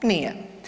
Nije.